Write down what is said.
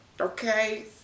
Okay